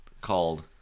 called